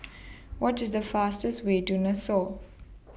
What IS The fastest Way to Nassau